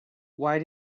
why